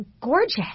gorgeous